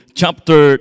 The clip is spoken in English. chapter